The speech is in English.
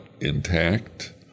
intact